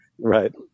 right